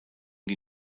die